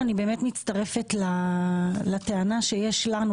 אני מצטרפת לטענה שיש לנו,